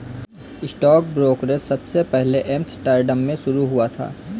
stock brokerage सबसे पहले Amsterdam में शुरू हुआ था